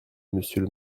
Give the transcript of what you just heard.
monsieur